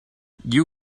you